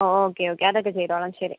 okay okay അതൊക്കെ ചെയ്തോളാം ശരി